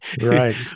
right